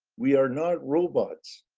we are not robots